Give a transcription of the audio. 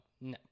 No